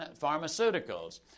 pharmaceuticals